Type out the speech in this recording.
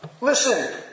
Listen